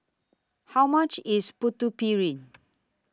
How much IS Putu Piring